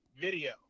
video